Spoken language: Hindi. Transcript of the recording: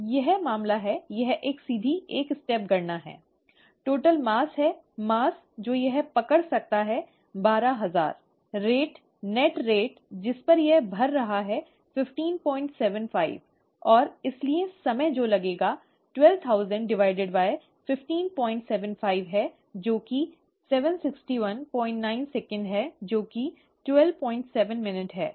यह मामला है यह एक सीधी एक स्टेप गणना है कुल द्रव्यमान है द्रव्यमान जो यह पकड़ सकता है बारह हजार दर असल दर जिस पर यह भर रहा है 1575 और इसलिए समय जो लेगा 120001575 है जो कि 7619 s है जो कि 127 मिनट है